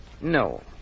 No